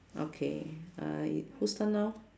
okay uh it whose turn now